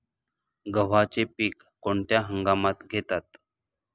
गव्हाचे पीक कोणत्या हंगामात घेतात?